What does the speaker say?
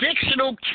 fictional